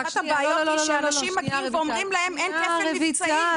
אחת הבעיות היא שאנשים מגיעים ואומרים להם: אין כפל מבצעים.